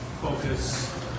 focus